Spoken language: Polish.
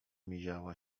miziała